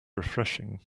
refreshing